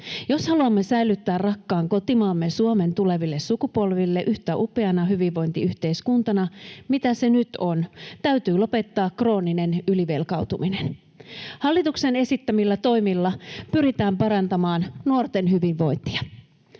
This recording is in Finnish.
Jos haluamme säilyttää rakkaan kotimaamme Suomen tuleville sukupolville yhtä upeana hyvinvointiyhteiskuntana, mitä se nyt on, täytyy lopettaa krooninen ylivelkautuminen. Hallituksen esittämillä toimilla pyritään parantamaan nuorten hyvinvointia.